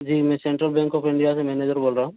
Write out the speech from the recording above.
जी मैं Central Bank of India से manager बोल रहा हूँ